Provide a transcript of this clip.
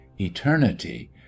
eternity